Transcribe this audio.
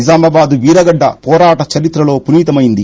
నిజామాబాదు వీర గడ్ల వోరాట చరిత్రలో పునీతమైంది